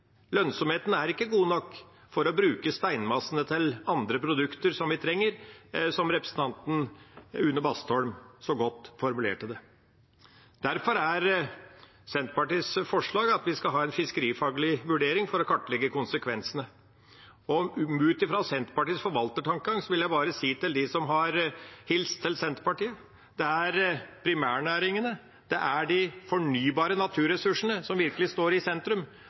Lønnsomheten er ikke god nok til å bruke steinmassene til andre produkter vi trenger, som representanten Une Bastholm så godt formulerte det. Derfor er Sosialistisk Venstreparti og Senterpartiets forslag at vi skal ha en fiskerifaglig vurdering for å kartlegge konsekvensene. Ut fra Senterpartiets forvaltertankegang vil jeg bare si til dem som har hilst til Senterpartiet: Det er primærnæringene, det er de fornybare naturressursene, som virkelig står i sentrum.